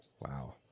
Wow